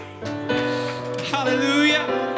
Hallelujah